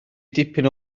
dipyn